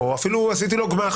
או אפילו עשיתי לו גמ"ח,